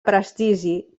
prestigi